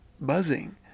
buzzing